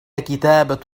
كتابة